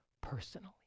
personally